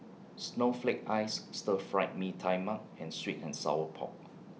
Snowflake Ice Stir Fried Mee Tai Mak and Sweet and Sour Pork